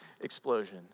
explosion